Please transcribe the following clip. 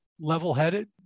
level-headed